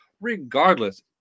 Regardless